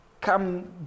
come